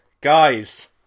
Guys